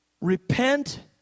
Repent